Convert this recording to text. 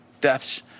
deaths